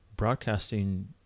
broadcasting